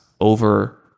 over